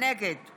נגד